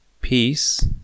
Peace